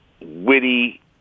witty